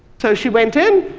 so she went in,